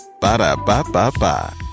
Ba-da-ba-ba-ba